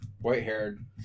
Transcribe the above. White-haired